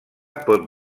pot